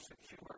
secure